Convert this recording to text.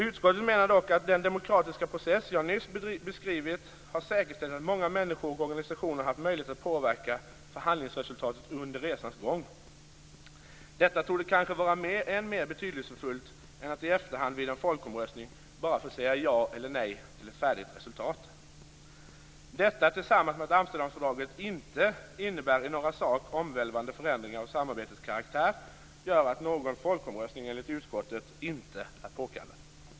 Utskottet menar dock att den demokratiska process jag nyss beskrivit har säkerställt att många människor och organisationer haft möjlighet att påverka förhandlingsresultatet under resans gång. Detta torde kanske vara än mer betydelsefullt än att i efterhand vid en folkomröstning bara få säga ja eller nej till ett färdigt förslag. Detta tillsammans med att Amsterdamfördraget inte innebär några i sak omvälvande förändringar av samarbetets karaktär gör att någon folkomröstning enligt utskottet inte är påkallad.